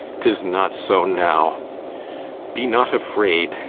tis not so now be not afraid,